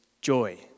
joy